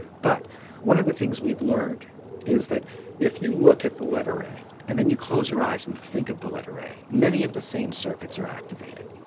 but one of the things we've learnt is that if you look at the letter a and then you close your eyes and think of the letter a, many of the same circuits are activated.